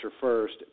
first